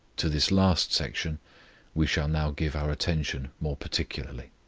to this last section we shall now give our attention more particularly.